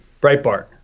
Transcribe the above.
Breitbart